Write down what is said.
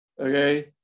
okay